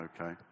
okay